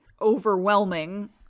overwhelming